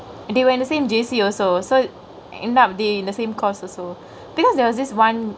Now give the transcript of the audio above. and they were in the same J_C also so end up they in the same course also because there was this one